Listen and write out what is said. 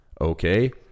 Okay